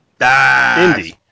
Indie